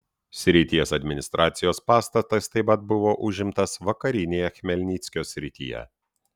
srities administracijos pastatas taip pat buvo užimtas vakarinėje chmelnyckio srityje